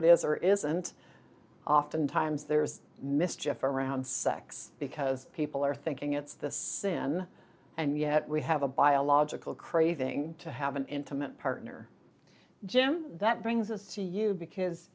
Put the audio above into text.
it is or isn't often times there is mischief around sex because people are thinking it's the sin and yet we have a biological craving to have an intimate partner jim that brings us to you because